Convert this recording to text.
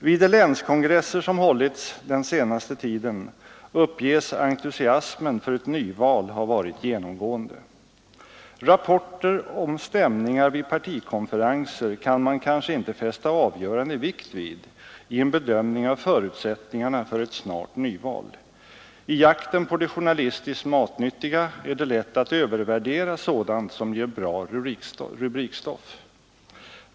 Vid de länskongresser, som hållits den senaste tiden, uppges entusiasmen för ett nyval ha varit genomgående. Rapporter om stämningen vid partikonferenser kan man kanske inte fästa avgörande vikt vid i en bedömning av förutsättningarna för ett snart nyval. I jakten på det journalistiskt matnyttiga är det lätt att övervärdera sådant, som ger bra rubrikstoff.